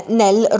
nel